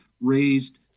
raised